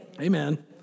Amen